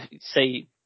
say